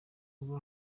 ubwo